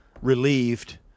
relieved